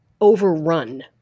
overrun